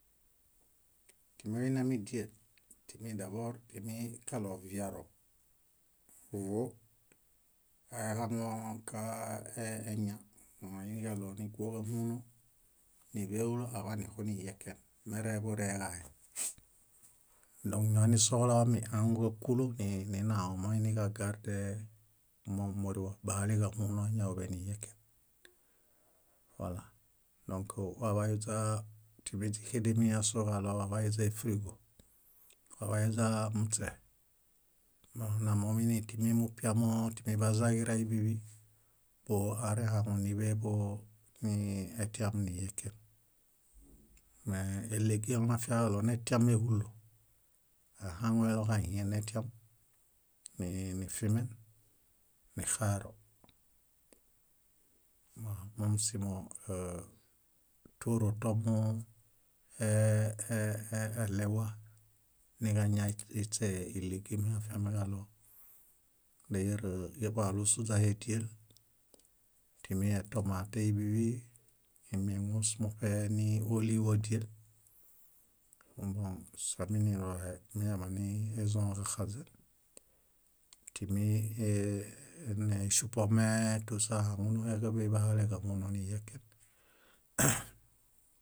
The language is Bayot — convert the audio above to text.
. Timiwainami díe, timidebor timi kaɭo viaro, vóo aihaŋuo kaa e- eña. Moiniġaɭo níguoġahuno, níḃeolo aḃanixunihieken, mereḃureġae. Dõk ñonisohulaomi, áhaŋuġakulu ninao. Moiniġagarde mómorewa, báhaleġahunoañaoḃe nihieken. Wala dõk waḃayuźaa timi źíxedemiñasoġaɭo wabayuźa éfrigo, wabayuźaa muśe namomuinetimi mupiamo, timi bazaġirai bíḃi bóarehaŋuniḃeḃo ni etiam nihieke. Me élegum afiamiġaɭo netiam éhulo, ahaŋueloġahienetiam nii- nifimen, nixaero. Bõ mómusimo tórotomu ee- eɭewa niġaña iśe ílegum he afiamiġaɭo dáyaar walusuźahe díel timi etomatei bíḃi, emieŋus muṗe ni óliwadiel, bõ sóminirohe miñaḃaniezõġaxaźen, timi ee- ene- eŝupome tusa áhaŋunuheġaḃe bahale káhuno nihieken.